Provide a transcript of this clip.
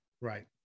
Right